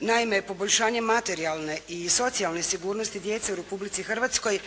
Naime, poboljšanje materijalne i socijalne sigurnosti djece u Republici Hrvatskoj